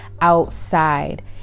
outside